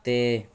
ਅਤੇ